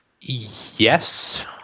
Yes